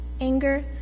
anger